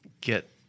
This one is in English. get